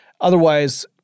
Otherwise